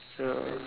so